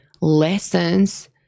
lessons